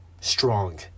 strong